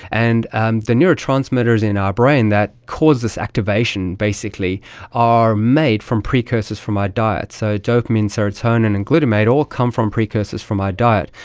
and and the neurotransmitters in our brain that cause this activation basically are made from precursors from our diet. so dopamine, serotonin and glutamate all come from precursors from our diet.